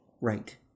Right